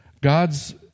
God's